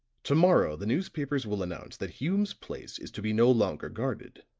to-morrow the newspapers will announce that hume's place is to be no longer guarded.